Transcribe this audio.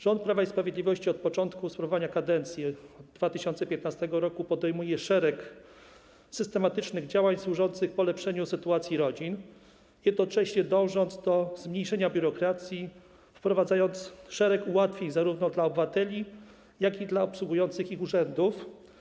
Rząd Prawa i Sprawiedliwości od początku sprawowania kadencji, od 2015 r., podejmuje szereg systematycznych działań służących polepszeniu sytuacji rodzin, jednocześnie dążąc do zmniejszenia biurokracji, wprowadzając szereg ułatwień zarówno dla obywateli, jak i dla obsługujących ich urzędów.